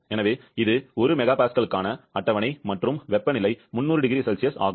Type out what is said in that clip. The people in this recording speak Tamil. எனவே இது 1 MPa க்கான அட்டவணை மற்றும் வெப்பநிலை 300 0C ஆகும்